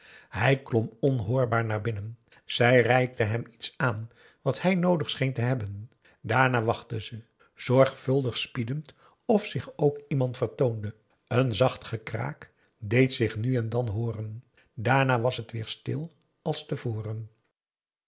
hij klom onhoorbaar naar binnen zij reikte hem iets aan wat hij noodig scheen te hebben daarna wachtte ze zorgvuldig spiedend of zich ook iemand vertoonde een zacht gekraak deed zich nu en dan hooren daarna was het weer stil als te voren